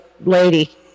lady